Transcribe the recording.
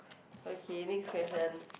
okay next question